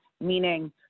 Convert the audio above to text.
meaning